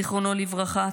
זיכרונו לברכה?